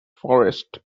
forest